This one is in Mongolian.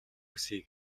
хүсье